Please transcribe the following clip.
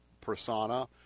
persona